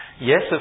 Yes